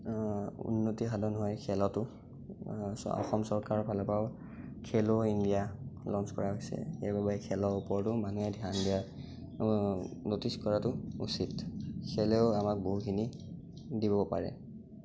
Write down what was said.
উন্নতি সাধন হয় খেলতো চ' অসম চৰকাৰৰ ফালৰপৰাও খেলো ইণ্ডিয়া ল'ন্স কৰা হৈছে সেইবাবে খেলৰ ওপৰতো মানুহে ধ্যান দিয়া ন'টিছ কৰাতো উচিত খেলেও আমাক বহুখিনি দিব পাৰে